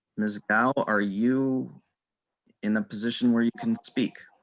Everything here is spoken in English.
and is now are you in the position where he can speak.